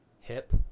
Hip